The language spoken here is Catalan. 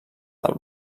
del